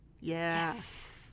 Yes